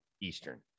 Eastern